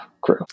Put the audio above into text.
crew